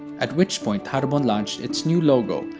at which point haribon launched its new logo,